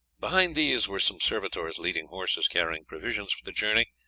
behind these were some servitors leading horses carrying provisions for the journey,